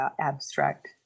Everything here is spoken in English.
abstract